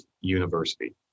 University